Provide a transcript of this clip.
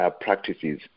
practices